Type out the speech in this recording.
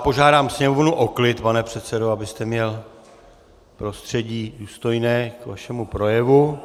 Požádám sněmovnu o klid, pane předsedo, abyste měl prostředí důstojné k vašemu projevu.